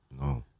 No